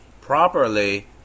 Properly